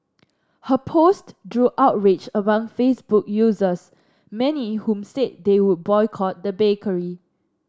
her post drew outrage among Facebook users many whom said they would boycott the bakery